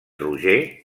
roger